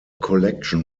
collection